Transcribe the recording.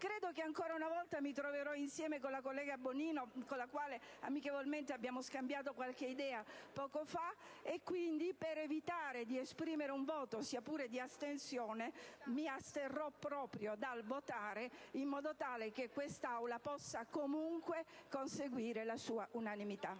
credo che ancora una volta mi troverò d'accordo con la collega Bonino, con la quale ho amichevolmente scambiato qualche idea poco fa. Per evitare d'esprimere un voto, sia pure di astensione, m'asterrò dal votare in modo tale che quest'Aula possa comunque conseguire la sua unanimità.